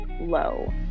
low